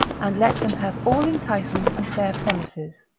and let them have all enticements and fair promises,